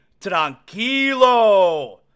tranquilo